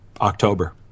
October